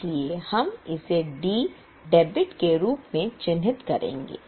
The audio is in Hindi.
इसलिए हम इसे D डेबिट के रूप में चिह्नित करेंगे